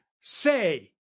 say